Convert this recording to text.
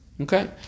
Okay